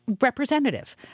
Representative